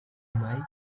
mike